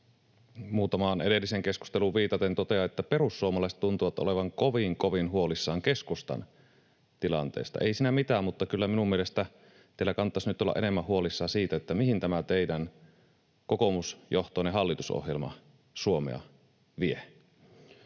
Muutamaan edelliseen keskusteluun viitaten totean, että perussuomalaiset tuntuvat olevan kovin, kovin huolissaan keskustan tilanteesta. Ei siinä mitään, mutta kyllä minun mielestäni teidän kannattaisi nyt olla enemmän huolissaan siitä, mihin tämä teidän kokoomusjohtoinen hallitusohjelmanne Suomea vie.